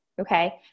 okay